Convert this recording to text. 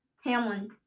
Hamlin